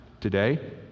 today